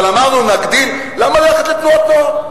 אבל למה ללכת לתנועות נוער?